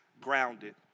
grounded